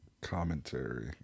commentary